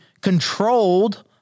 controlled